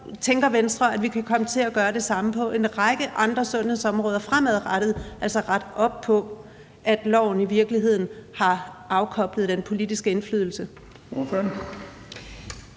tænker Venstre, at vi kan komme til at gøre det samme på en række andre sundhedsområder fremadrettet, altså rette op på, at loven i virkeligheden har afkoblet den politiske indflydelse?